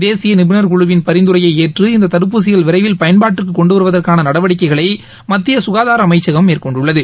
தேசியநிபுணர்குழுவின் பரிந்துரையைஏற்று இந்ததடுப்பூசிகள் விரைவில் பயன்பாட்டிற்குகொண்டுவருவதற்கானநடவடிக்கைகளைமத்தியசுகாதாரத்துறைஅமைச்சகம் மேற்கொண்டுள்ளது